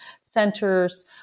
centers